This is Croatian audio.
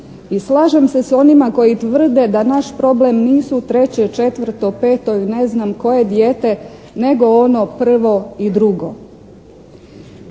I slažem se s onima koji tvrde da naš problem nisu 3., 4., 5. i ne znam koje dijete nego ono 1. i 2.